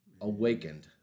awakened